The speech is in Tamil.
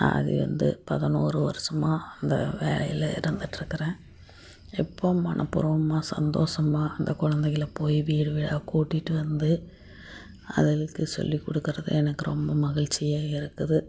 நான் அதை வந்து பதினொரு வருஷமா இந்த வேலையில் இருந்துகிட்ருக்கறேன் இப்போது மனப்பூர்வமாக சந்தோஷமா இந்த கொழந்தைங்கள போய் வீடு வீடாக கூட்டிகிட்டு வந்து அதுகளுக்கு சொல்லிக்கொடுக்கறது எனக்கு ரொம்ப மகிழ்ச்சியா இருக்குது